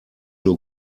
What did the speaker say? nur